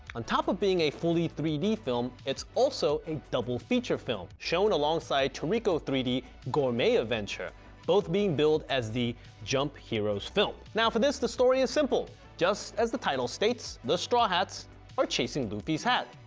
on top of being a fully three d film it's also a double-feature film, shown alongside toriko three d gourmet adventure both being billed as the jump heroes film. now for this the story is simple, just as the title states, the straw hats are chasing luffy's hat.